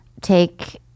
take